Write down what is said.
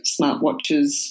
smartwatches